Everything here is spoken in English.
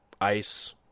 ice